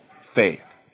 faith